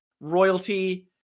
royalty